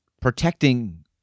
protecting